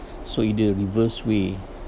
so either reverse way